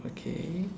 okay